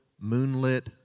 moonlit